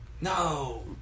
No